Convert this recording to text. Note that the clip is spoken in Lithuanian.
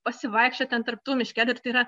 pasivaikščiot ten tarp tų miškelių ir tai yra